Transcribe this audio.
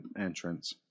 entrance